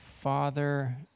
father